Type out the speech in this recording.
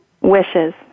Wishes